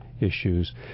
issues